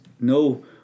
no